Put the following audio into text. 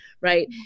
right